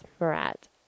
Morat